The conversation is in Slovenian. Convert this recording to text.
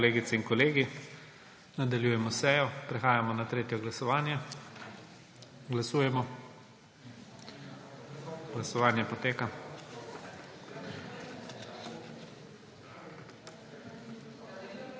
kolegice in kolegi, nadaljujemo sejo. Prehajamo na tretje glasovanje. Glasujemo. Navzočih